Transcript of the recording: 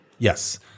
Yes